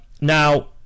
now